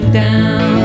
down